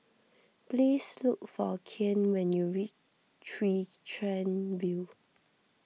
please look for Kian when you reach Chwee Chian View